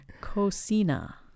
Cocina